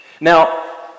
Now